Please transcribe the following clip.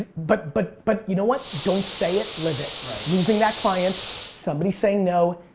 but but but you know what, don't say it, live it. right. losing that client, somebody saying no,